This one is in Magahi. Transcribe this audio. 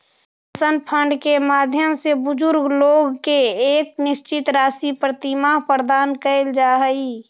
पेंशन फंड के माध्यम से बुजुर्ग लोग के एक निश्चित राशि प्रतिमाह प्रदान कैल जा हई